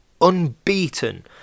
unbeaten